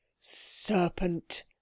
Serpent